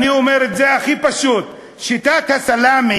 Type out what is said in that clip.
אני אומר את זה הכי פשוט: שיטת הסלאמי